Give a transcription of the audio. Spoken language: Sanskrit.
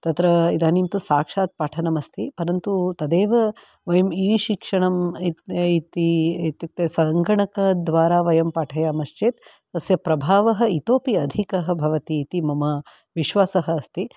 तत्र इदानीं तु साक्षात् पाठनम् अस्ति परन्तु तदेव वयम् ई शिक्षणम् इति इत्युक्ते सङ्गणकद्वारा वयं पाठयामश्चेत् तस्य प्रभावः इतोपि अधिकः भवति इति मम विश्वासः अस्ति